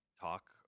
talk